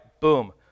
Boom